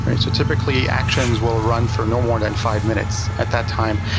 right? so typically actions will run for no more than five minutes. at that time,